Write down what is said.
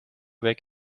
week